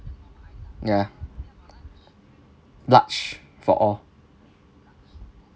ya large for all